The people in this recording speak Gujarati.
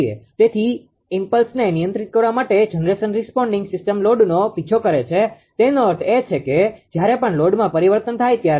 તેથી ઈમ્પલ્સીસimpulsesઆવેગને નિયંત્રિત કરવા માટે જનરેશન રીસ્પોન્ડીંગ સિસ્ટમ લોડનો પીછો કરે છે તેનો અર્થ એ છે કે જ્યારે પણ લોડમાં પરિવર્તન થાય ત્યારે